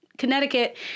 Connecticut